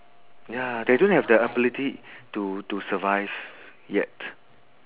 ya they don't have the ability to to survive yet